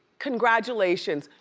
congratulations,